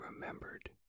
remembered